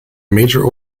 major